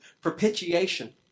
propitiation